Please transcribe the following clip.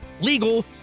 Legal